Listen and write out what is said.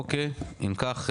אוקיי אם כך,